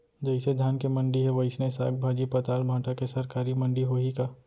जइसे धान के मंडी हे, वइसने साग, भाजी, पताल, भाटा के सरकारी मंडी होही का?